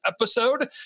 episode